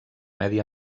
medi